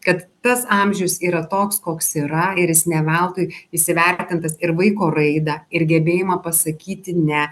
kad tas amžius yra toks koks yra ir jis ne veltui jis įvertintas ir vaiko raidą ir gebėjimą pasakyti ne